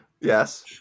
Yes